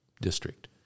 district